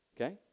okay